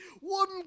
one